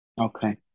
okay